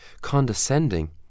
condescending